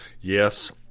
Yes